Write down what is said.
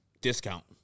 Discount